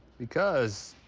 because,